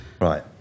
Right